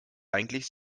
eigentlich